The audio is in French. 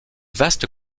vastes